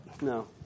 No